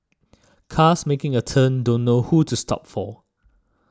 cars making a turn don't know who to stop for